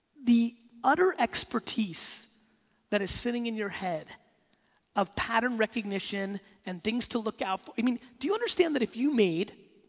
the utter expertise that is sitting in your head of pattern recognition and things to look out. i mean do you understand that if you made,